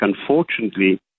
unfortunately